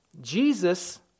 Jesus